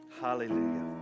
Hallelujah